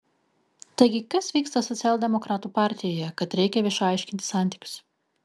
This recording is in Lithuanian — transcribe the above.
taigi kas vyksta socialdemokratų partijoje kad reikia viešai aiškintis santykius